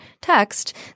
text